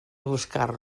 buscar